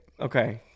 Okay